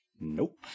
Nope